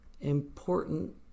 important